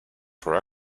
for